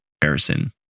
comparison